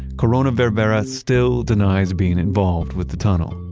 corona-verbera still denies being involved with the tunnel.